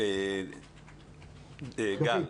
גל,